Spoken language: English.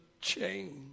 change